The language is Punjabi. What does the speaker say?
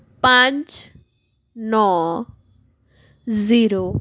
ਪੰਜ ਨੌਂ ਜ਼ੀਰੋ